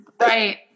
Right